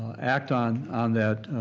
act on on that